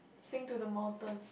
sing to the mountains